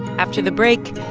after the break,